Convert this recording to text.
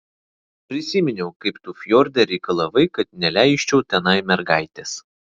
prisiminiau kaip tu fjorde reikalavai kad neleisčiau tenai mergaitės